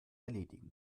erledigen